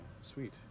sweet